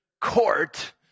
court